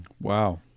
Wow